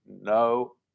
no